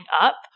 up